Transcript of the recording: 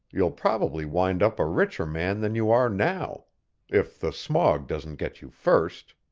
you'll probably wind up a richer man than you are now if the smog doesn't get you first.